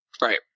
right